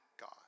God